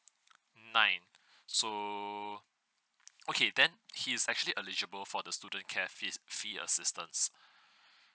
nine so okay then he is actually eligible for the student care fees fee assistance